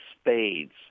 spades